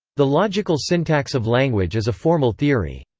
the logical syntax of language is a formal theory.